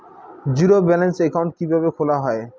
Zero balance account কিভাবে খোলা হয়?